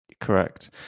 Correct